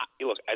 look